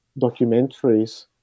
documentaries